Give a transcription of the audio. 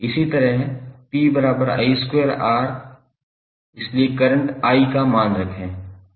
इसी तरह 𝑝𝑖2𝑅 इसलिए करंट i का मान रखें